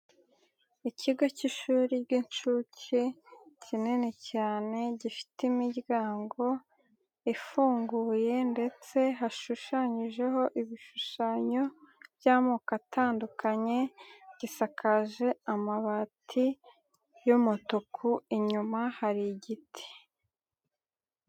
Ikigo k'ishuri ry'inshuke kinini cyane gifite imiryango ifunguye ndetse hashushanyijeho ibishushanyo by'amoko atandukanye, gisakaje amabati y'umutuku, inyuma hari igiti.